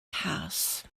cas